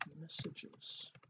messages